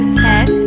ten